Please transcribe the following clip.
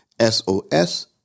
SOS